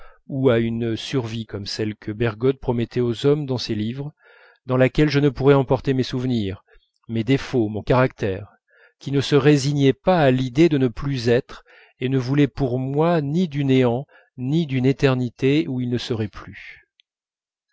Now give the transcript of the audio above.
ou à une survie comme celle que bergotte promettait aux hommes dans ses livres dans laquelle je ne pourrais emporter mes souvenirs mes défauts mon caractère qui ne se résignaient pas à l'idée de ne plus être et ne voulaient pour moi ni du néant ni d'une éternité où ils ne seraient plus